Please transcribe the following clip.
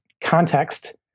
context